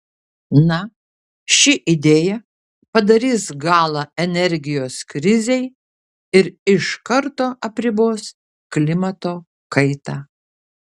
na ši idėja padarys galą energijos krizei ir iš karto apribos klimato kaitą